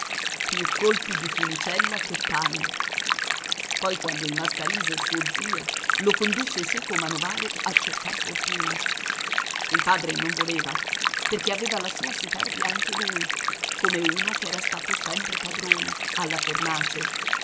più colpi di funicella che pane poi quando il mascalise suo zio lo condusse seco manovale a cercar fortuna il padre non voleva perché aveva la sua superbia anche lui come uno che era stato sempre padrone alla fornace